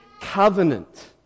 covenant